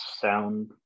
sound